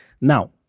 Now